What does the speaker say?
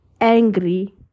angry